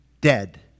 dead